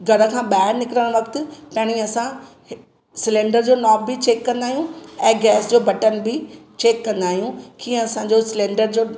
घर खां ॿाहिरि निकिरणु वक़्त ताणी असां सिलेंडर जो नॉब बि चेक कंदा आहियूं ऐं गैस जो बटन बि चेक कंदा आहियूं कि असांजो सिलेंडर जो